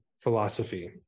philosophy